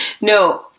No